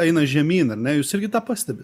eina žemyn ar ne jūs irgi tą pastebit